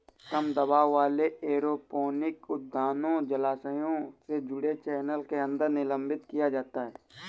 कम दबाव वाले एरोपोनिक उद्यानों जलाशय से जुड़े चैनल के अंदर निलंबित किया जाता है